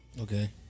Okay